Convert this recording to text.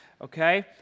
okay